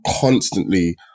constantly